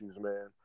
man